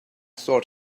sort